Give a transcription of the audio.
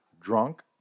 drunk